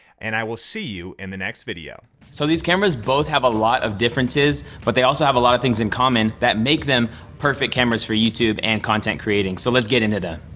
and i will see you in the next video. so these cameras both have a lot of differences, but they also have a lot of things in common that make them perfect cameras for youtube and content creating, so let's get into them.